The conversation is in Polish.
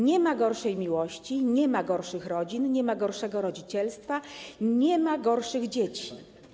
Nie ma gorszej miłości, nie ma gorszych rodzin, nie ma gorszego rodzicielstwa, nie ma gorszych dzieci.